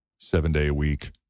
seven-day-a-week